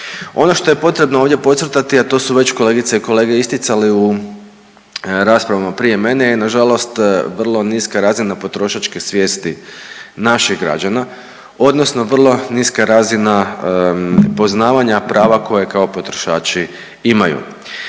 Ono što je potrebno ovdje podcrtati, a to su već kolegice i kolege isticali u raspravama prije mene i nažalost vrlo niska razina potrošačke svijesti naših građana odnosno vrlo niska razina poznavanja prava koja kao potrošači imaju.